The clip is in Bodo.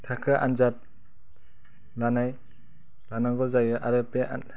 थाखो आनजाद लानाय लानांगौ जायो आरो बे आनजाद